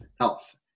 health